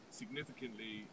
significantly